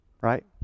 Right